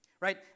right